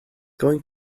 going